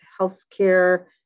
healthcare